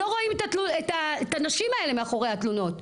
לא רואים את הנשים האלה מאחורי התלונות,